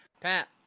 Pat